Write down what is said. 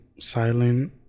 silent